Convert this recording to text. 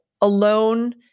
alone